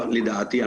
לדעתי,